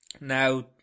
now